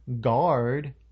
guard